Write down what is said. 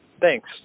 Thanks